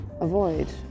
avoid